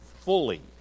Fully